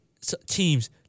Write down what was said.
teams